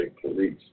Police